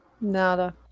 Nada